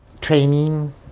training